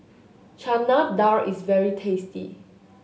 Chana Dal is very tasty